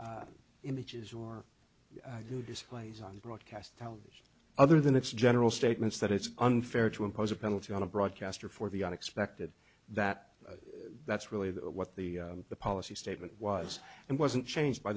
for images or do displays on broadcast television other than its general statements that it's unfair to impose a penalty on a broadcaster for the unexpected that that's really what the policy statement was and wasn't changed by